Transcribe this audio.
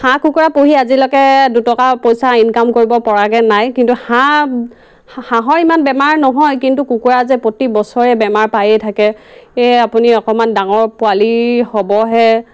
হাঁহ কুকুৰা পুহি আজিলৈকে দুটকা পইচা ইনকাম কৰিব পৰাগৈ নাই কিন্তু হাঁহ হাঁহৰ ইমান বেমাৰ নহয় কিন্তু কুকুৰা যে প্ৰতি বছৰে বেমাৰ পায়েই থাকে এই আপুনি অকণমান ডাঙৰ পোৱালি হ'বহে